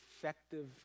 effective